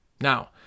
Now